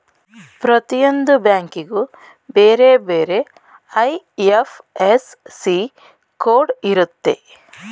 ಪ್ರತಿಯೊಂದು ಬ್ಯಾಂಕಿಗೂ ಬೇರೆ ಬೇರೆ ಐ.ಎಫ್.ಎಸ್.ಸಿ ಕೋಡ್ ಇರುತ್ತೆ